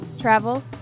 travel